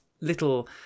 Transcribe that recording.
little